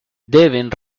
deben